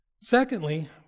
Secondly